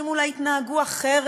אסביר.